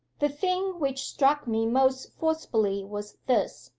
the thing which struck me most forcibly was this,